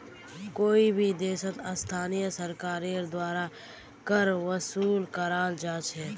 कोई भी देशत स्थानीय सरकारेर द्वारा कर वसूल कराल जा छेक